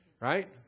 right